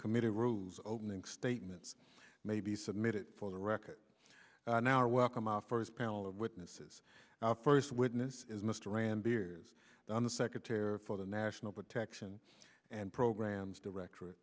committee rules opening statements may be submitted for the record in our welcome our first panel of witnesses our first witness is mr rand beers on the secretary for the national protection and programs director